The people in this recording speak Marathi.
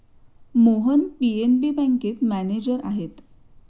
मोहन पी.एन.बी बँकेत मॅनेजर आहेत